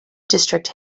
direct